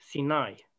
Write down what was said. Sinai